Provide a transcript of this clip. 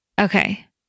Okay